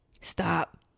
Stop